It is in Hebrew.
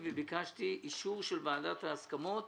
- וביקשתי אישור של ועדת ההסכמות